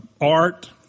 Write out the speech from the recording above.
art